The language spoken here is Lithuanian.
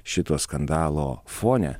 šito skandalo fone